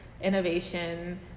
innovation